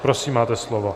Prosím, máte slovo.